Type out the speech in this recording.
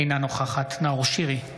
אינה נוכחת נאור שירי,